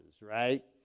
right